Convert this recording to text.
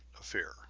affair